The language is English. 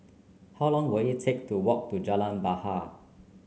how long will it take to walk to Jalan Bahar